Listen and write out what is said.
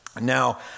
Now